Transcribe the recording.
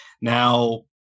Now